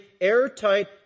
airtight